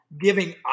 giving